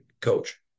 coach